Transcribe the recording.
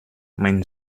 mein